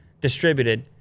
distributed